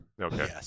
Okay